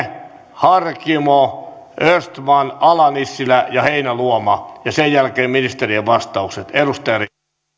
harkimo östman ala nissilä ja heinäluoma ja sen jälkeen ministerien vastaukset